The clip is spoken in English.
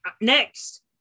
Next